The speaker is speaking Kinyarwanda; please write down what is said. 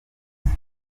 bisa